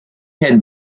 had